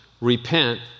repent